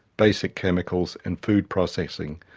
basic chemicals and food processing.